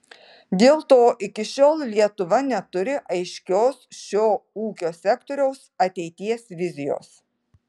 dėl to iki šiol lietuva neturi aiškios šio ūkio sektoriaus ateities vizijos